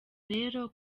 rero